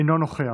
אינו נוכח,